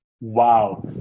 Wow